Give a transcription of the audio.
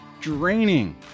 draining